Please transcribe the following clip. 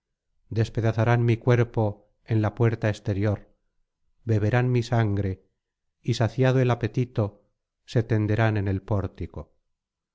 guardasen despedazarán mi cuerpo en la puerta exterior beberán mi sangre y saciado el apetito se tenderán en el pórtico